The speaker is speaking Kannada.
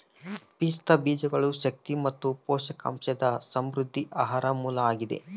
ಪಿಸ್ತಾ ಬೀಜಗಳು ಶಕ್ತಿ ಮತ್ತು ಪೋಷಕಾಂಶದ ಸಮೃದ್ಧ ಆಹಾರ ಮೂಲ ಆಗಿದೆ